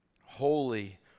holy